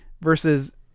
versus